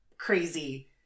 crazy